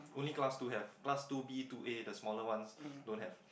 on class two have class two B two A the smaller ones don't have